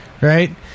right